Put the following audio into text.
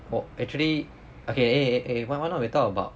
我 actually okay eh eh eh why why not we talk about